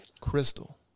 Crystal